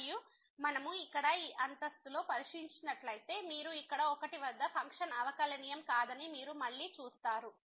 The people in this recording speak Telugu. మరియు మనము ఇక్కడ ఈ అంతస్తులో పరిశీలించినట్లయితే మీరు ఇక్కడ 1 వద్ద ఫంక్షన్ అవకలనియమం కాదని మీరు మళ్ళీ చూస్తారు